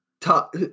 top